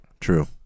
True